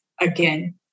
again